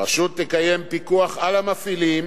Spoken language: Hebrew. הרשות תקיים פיקוח על המפעילים